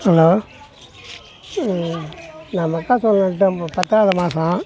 hello நான் மக்காசோளம் நட்டேன் இப்போ பத்தாவது மாதம்